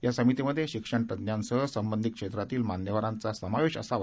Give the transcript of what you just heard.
या समितीमध्ये शिक्षणतज्ज्ञांसह संबंधित क्षेत्रातील मान्यवरांचा समावेश असावा